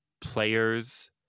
players